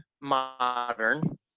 modern